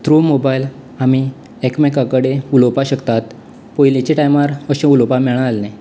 through mobile आमी एकमेकां कडेन उलोवपाक शकतात पयलींच्या टायमार अशे उलोवपाक मेळनासलें